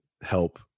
help